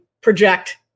project